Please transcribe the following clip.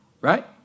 Right